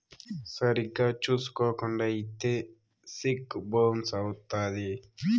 సరిగ్గా చూసుకోకుండా ఇత్తే సెక్కు బౌన్స్ అవుత్తది